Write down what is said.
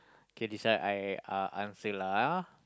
okay this one I uh answer lah ah